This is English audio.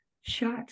shot